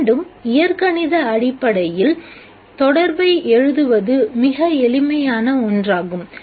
மீண்டும் இயற்கணித அடிப்படையில் தொடர்பை எழுதுவது மிக எளிமையான ஒன்றாகும்